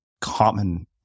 common